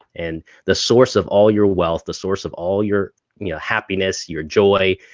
and the source of all your wealth, the source of all your happiness, your joy,